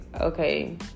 okay